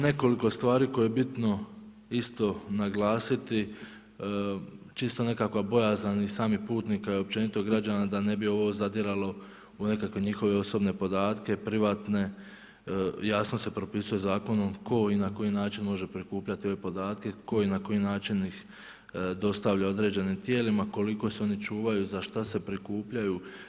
Nekoliko stvari koje je bitno isto naglasiti, čisto nekakva bojazan i samih putnika i općenito građana da ne bi ovo zadiralo u nekakve njihove osobne podatke, privatne, jasno se propisuje zakonom tko i na koji način može prikupljati ove podatke, tko i na koji način ih dostavlja određenim tijelima, koliko se oni čuvaju, za šta se prikupljaju.